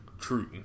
true